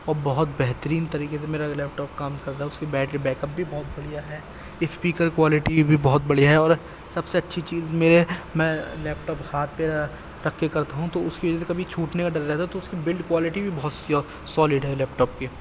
اور بہت بہترین طریقے سے میرا جو لیپٹاپ کام کر رہا ہے اس کی بیٹری بیکپ بھی بہت بڑھیا ہے اسپیکر کوالٹی بھی بہت بڑھیا ہے اور سب سے اچھی چیز میرے میں لیپٹاپ ہاتھ پہ رکھ کے کرتا ہوں تو اس کی وجہ سے کبھی چھوٹنے کا ڈر رہتا ہے تو اس کی بلڈ کوالٹی بھی بہت سالڈ ہے لیپٹاپ کی